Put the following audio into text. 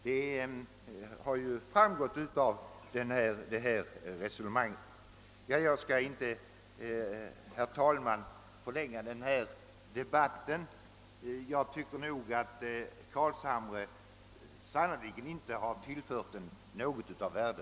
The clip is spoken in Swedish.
Det har ju framgått av resonemanget här. Jag skall inte, herr talman, förlänga denna debatt. Jag tycker att herr Carlshamre sannerligen inte har tillfört den något av värde.